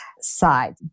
side